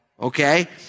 Okay